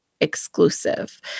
exclusive